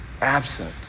absent